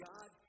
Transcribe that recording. God